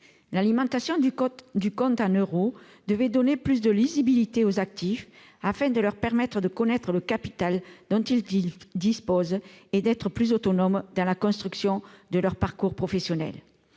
L'alimentation du compte en euros devait donner davantage de lisibilité aux actifs : ces derniers devaient connaître le capital mis à leur disposition et être plus autonomes dans la construction de leur parcours professionnel.